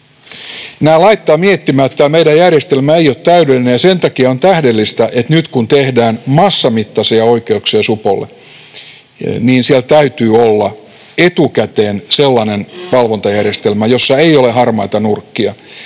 Nämä laittavat miettimään, että tämä meidän järjestelmä ei ole täydellinen, ja sen takia on tähdellistä, että nyt kun tehdään massamittaisia oikeuksia supolle, niin siellä täytyy olla etukäteen sellainen valvontajärjestelmä, jossa ei ole harmaita nurkkia